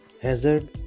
hazard